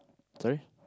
sorry